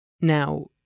Now